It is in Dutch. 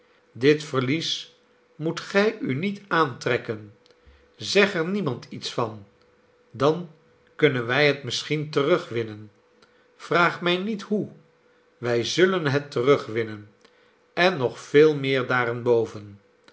dit verlies moet gij u niet aantrekken zeg er niemand iets van dan kunnen wij het misschien terugwinnen vraag mij niet hoe wij zullen het terugwinnen en nog veel meer